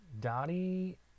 Dottie